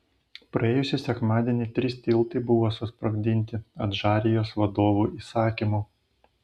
praėjusį sekmadienį trys tiltai buvo susprogdinti adžarijos vadovų įsakymu